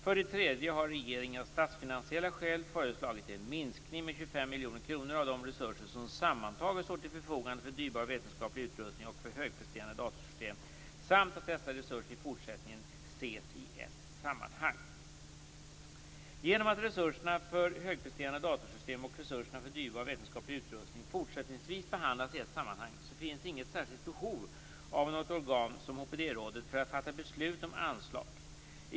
För det tredje har regeringen av statsfinansiella skäl föreslagit en minskning med 25 miljoner kronor av de resurser som sammantaget står till förfogande för dyrbar vetenskaplig utrustning och för högpresterande datorsystem samt att dessa resurser i fortsättningen ses i ett sammanhang. Genom att resurserna för högpresterande datorsystem och resurserna för dyrbar vetenskaplig utrustning fortsättningsvis behandlas i ett sammanhang finns inget behov av ett särskilt organ som HPD-rådet för att fatta beslut om anslag.